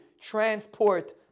transport